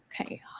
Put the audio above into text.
Okay